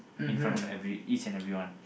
in front of every each and every one